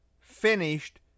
finished